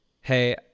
Hey